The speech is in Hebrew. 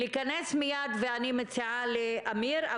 ואני מציעה לאמיר,